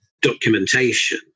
documentation